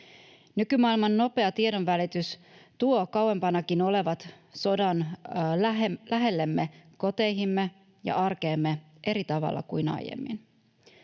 Nykymaailman nopea tiedonvälitys tuo kauempanakin olevat sodat lähellemme, koteihimme ja arkeemme, eri tavalla kuin aiemmin.